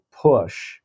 push